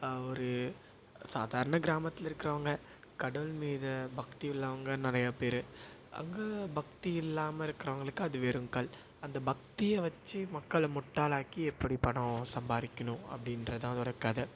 ஒரு சாதாரண கிராமத்தில் இருக்கிறவங்க கடவுள் மீது பக்தி உள்ளவங்க நிறையா பேர் அங்கே பக்தி இல்லாமல் இருக்கிறவங்களுக்கு அது வெறும் கல் அந்த பக்தியை வச்சு மக்களை முட்டாளாக்கி எப்படி பணம் சம்பாதிக்கிணும் அப்படின்றது தான் அதோட கதை